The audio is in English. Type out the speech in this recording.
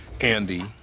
Andy